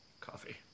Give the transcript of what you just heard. coffee